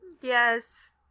Yes